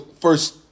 first